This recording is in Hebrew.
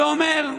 ואומר: